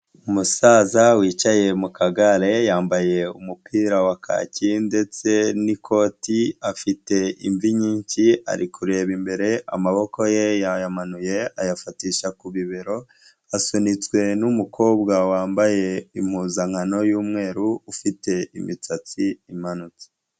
Umusaza wicaye mu kagare, yambaye umupira wa kaki ndetse n'ikoti, afite imvi nyinshi, ari kureba imbere, amaboko ye yamanuye ayafatisha ku bibero, asunitswe n'umukobwa wambaye impuzankano y'umweru, ufite imisatsi imanutse.